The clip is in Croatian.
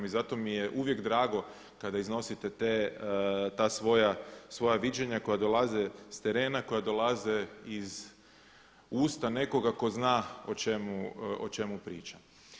I zato mi je uvijek drago kada iznosite te, ta svoja viđenja koja dolaze sa terena, koja dolaze iz usta nekoga tko zna o čemu pričam.